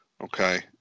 Okay